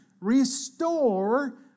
Restore